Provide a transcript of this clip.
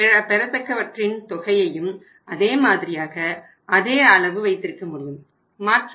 பெறத்தக்கவற்றின் தொகையையும் அதே மாதிரியாக அதே அளவு வைத்திருக்க முடியும் மாற்றவில்லை